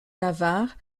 navarre